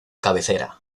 cabecera